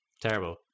terrible